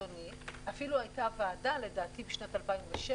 אדוני אפילו הייתה ועדה לעדתי בשנת 2016